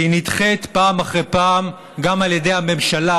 והיא נדחית פעם אחרי פעם גם על ידי הממשלה,